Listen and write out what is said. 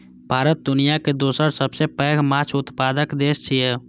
भारत दुनियाक दोसर सबसं पैघ माछ उत्पादक देश छियै